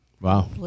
Wow